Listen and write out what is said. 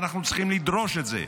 אנחנו צריכים לדרוש את זה.